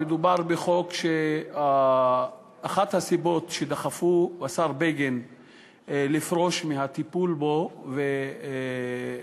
מדובר בחוק שאחת הסיבות שדחפו את השר בגין לפרוש מהטיפול בו היא